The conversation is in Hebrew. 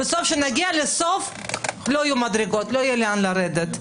כשנגיע לסוף לא יהיו מדרגות, לא יהיה לאן לרדת.